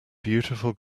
beautiful